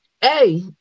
hey